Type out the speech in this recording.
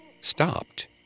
stopped